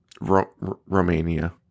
romania